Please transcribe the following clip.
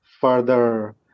further